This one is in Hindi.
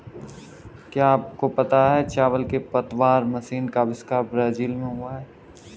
क्या आपको पता है चावल की पतवार मशीन का अविष्कार ब्राज़ील में हुआ